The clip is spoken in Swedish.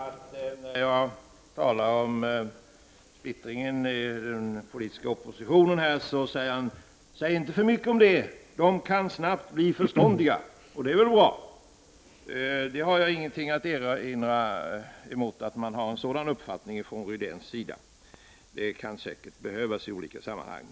Herr talman! Jag talade om splittringen hos den politiska oppositionen. Nu säger Rune Rydén: Säg inte för mycket om det, de andra kan snabbt bli förståndiga! Det är väl bra. Jag har inget att erinra mot att Rune Rydén har en sådan uppfattning. Det kan säkert behövas i olika sammanhang.